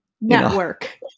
network